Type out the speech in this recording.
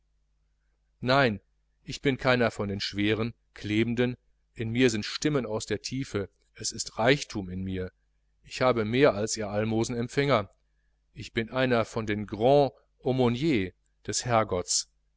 nein ich bin keiner von den schweren klebenden in mir sind stimmen aus der tiefe es ist ein reichtum in mir ich habe mehr als ihr almosenempfänger ich bin einer von den grands aumniers des herrgotts